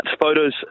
photos